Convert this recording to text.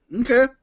Okay